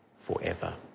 forever